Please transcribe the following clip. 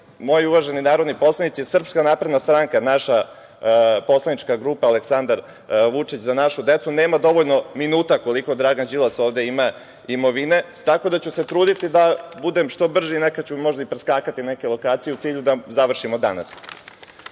moji uvaženi poslanici, SNS, naša poslanička grupa Aleksandar Vučić – Za našu decu, nema dovoljno minuta koliko Dragan Đilas ovde ima imovine, tako da ću se truditi da budem što brži, neke ću možda i preskakati, neke lokacije, u cilju da završimo danas. Dakle,